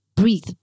Breathe